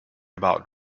about